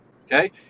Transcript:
okay